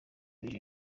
muri